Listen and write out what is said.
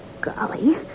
Golly